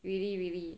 really really